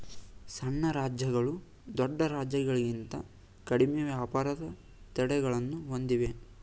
ಸಣ್ಣ ರಾಜ್ಯಗಳು ದೊಡ್ಡ ರಾಜ್ಯಗಳಿಂತ ಕಡಿಮೆ ವ್ಯಾಪಾರದ ತಡೆಗಳನ್ನು ಹೊಂದಿವೆ